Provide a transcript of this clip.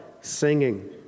singing